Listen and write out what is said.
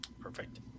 perfect